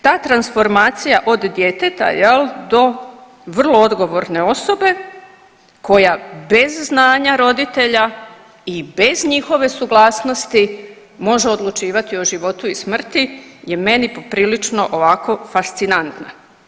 Ta transformacija od djeteta, je li, do vrlo odgovorne osobe koja bez znanja roditelja i bez njihove suglasnosti može odlučivati o životu i smrti je meni poprilično, ovako, fascinantna.